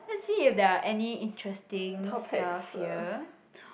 let's see if there are any interesting stuff here